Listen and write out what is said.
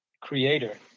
creator